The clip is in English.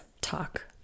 talk